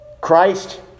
Christ